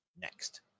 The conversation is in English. next